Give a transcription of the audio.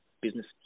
business